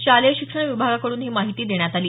शालेय शिक्षण विभागाकडून ही माहिती देण्यात आली